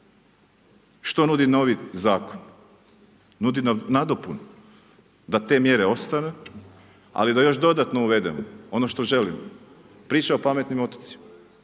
Što nudi novi zakon? Nudi nam nadopunu da te mjere ostanu ali da još dodatno uvedemo ono što želimo, priča o pametnim otocima.